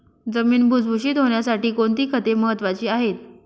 जमीन भुसभुशीत होण्यासाठी कोणती खते महत्वाची आहेत?